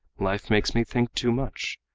life makes me think too much.